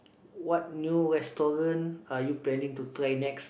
what new restaurant are you planning to try next